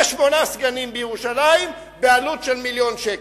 שמונה סגנים בירושלים בעלות של מיליון שקל.